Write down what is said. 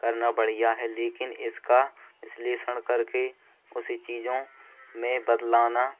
करना बढ़िया है लेकिन इसका विश्लेषण करके उसी चीज़ों में बदलाना